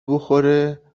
بخوره